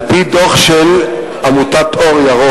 על-פי דוח של עמותת "אור ירוק",